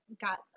got